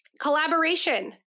Collaboration